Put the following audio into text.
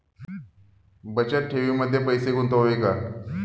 बचत ठेवीमध्ये पैसे गुंतवावे का?